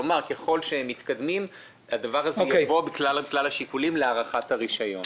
כלומר: ככל שמתקדמים הדבר הזה יובא בתוך כלל השיקולים להארכת הרישיון.